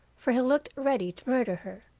for he looked ready to murder her,